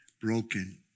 broken